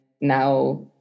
now